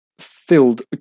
filled